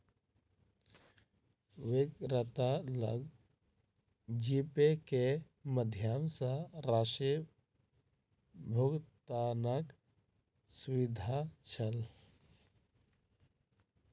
विक्रेता लग जीपे के माध्यम सॅ राशि भुगतानक सुविधा छल